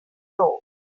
door